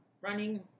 running